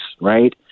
right